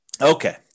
Okay